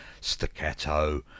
Staccato